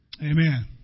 Amen